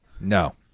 No